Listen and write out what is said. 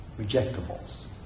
rejectables